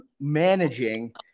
managing